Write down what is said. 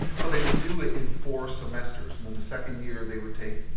so, they would do it in four semesters, and then the second year they would take,